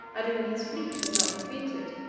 and even his fleet was not defeated.